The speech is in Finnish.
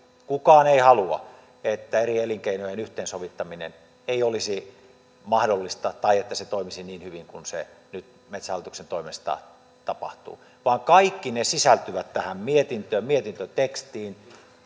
kukaan ei halua että eri elinkeinojen yhteensovittaminen ei olisi mahdollista tai ettei se toimisi niin hyvin kuin se nyt metsähallituksen toimesta tapahtuu vaan kaikki ne sisältyvät tähän mietintöön mietintötekstiin